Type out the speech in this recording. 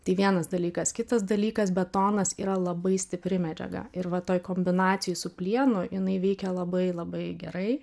tai vienas dalykas kitas dalykas betonas yra labai stipri medžiaga ir va toj kombinacijoj su plienu jinai veikia labai labai gerai